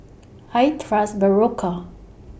I Trust Berocca